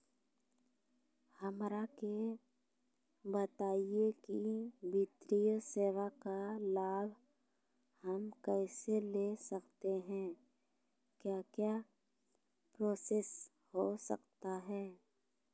हमरा के बताइए की वित्तीय सेवा का लाभ हम कैसे ले सकते हैं क्या क्या प्रोसेस हो सकता है?